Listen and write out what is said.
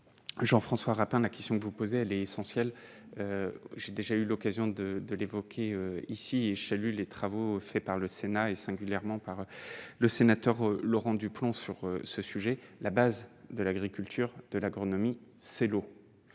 Jean-François Rapin, la question que vous posez, elle est essentielle, j'ai déjà eu l'occasion de de l'évoquer ici et j'lu les travaux faits par le Sénat et singulièrement par le sénateur Laurent Duplomb sur ce sujet, la base de l'agriculture de l'agronomie, c'est l'eau.